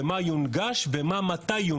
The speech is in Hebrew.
מה יונגש ומתי.